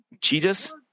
Jesus